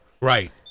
Right